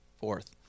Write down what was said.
Fourth